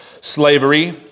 slavery